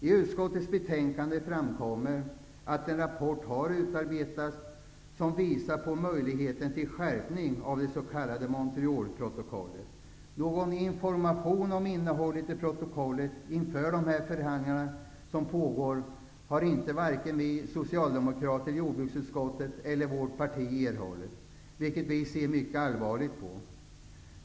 I utskottets betänkande framkommer att en rapport har utarbetats som visar på möjligheterna till skärpning av det s.k. Montrealprotokollet. Någon information om innehållet i protokollet inför de förhandlingar som nu pågår har varken vi socialdemokrater i jordbruksutskottet eller vårt parti erhållit, vilket vi ser mycket allvarligt på.